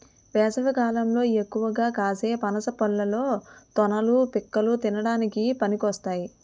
వేసవికాలంలో ఎక్కువగా కాసే పనస పళ్ళలో తొనలు, పిక్కలు తినడానికి పనికొస్తాయి